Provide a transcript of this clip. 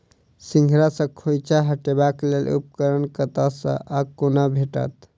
सिंघाड़ा सऽ खोइंचा हटेबाक लेल उपकरण कतह सऽ आ कोना भेटत?